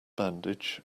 bandage